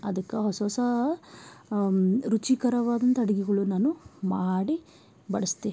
ಅದಕ್ಕ ಹೊಸ ಹೊಸಾ ರುಚಿಕರವಾದಂಥ ಅಡಿಗೆಗಳು ನಾನು ಮಾಡಿ ಬಡಸ್ತಿ